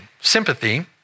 Sympathy